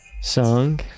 song